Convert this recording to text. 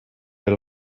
allo